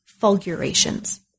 fulgurations